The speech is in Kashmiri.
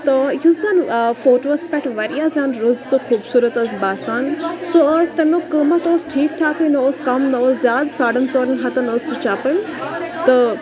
تہٕ یُس زَن فوٹٕووَس پٮ۪ٹھ واریاہ زَن رٕژ تہٕ خوٗبصوٗرت ٲس باسان سُہ ٲس تَمیُک قۭمَتھ اوس ٹھیٖک ٹھاکٕے نہ اوس کَم نہ اوس زیادٕ ساڑَن ژورَن ہَتَن ٲس سُہ چَپٕنۍ تہٕ